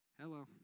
Hello